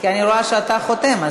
כי אני רואה שאתה חותם.